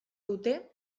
dute